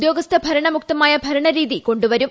ഉദ്യോഗസ്ഥഭരണമുക്തമായ ഭരണ രീതി കൊ ുവരും